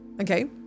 okay